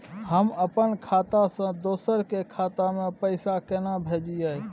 हम अपन खाता से दोसर के खाता में पैसा केना भेजिए?